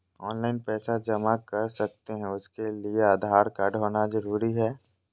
Online पैसा जमा कर सकते हैं उसके लिए आधार कार्ड होना जरूरी है?